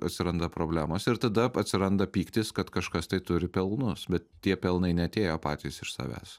atsiranda problemos ir tada atsiranda pyktis kad kažkas tai turi pelnus bet tie pelnai neatėjo patys iš savęs